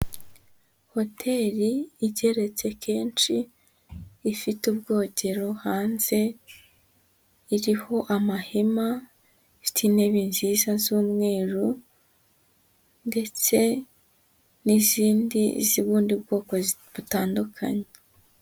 Hoteli igeretse kenshi, ifite ubwogero hanze, iriho amahema, ifite intebe nziza z'umweru ndetse n'izindi z'ubundi bwoko butandukanye.